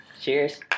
Cheers